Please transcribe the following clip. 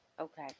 Okay